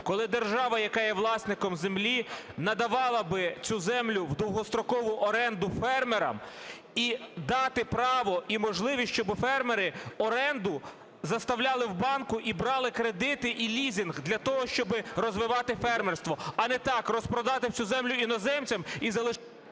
Коли держава, яка є власником землі надавала би цю землю в довгострокову оренду фермерам, і дати право, і можливість, щоб фермери оренду заставляли в банку і брали кредити і лізинг для того, щоб розвивати фермерство. А не так, розпродати всю землю іноземцям і залишити…